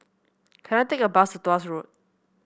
can I take a bus to Tuas Road